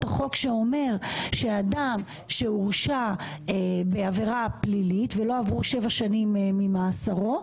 החוק שאומר שאדם שהורשע בעבירה פלילית ולא עברו שבע שנים ממאסרו,